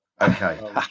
Okay